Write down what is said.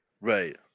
Right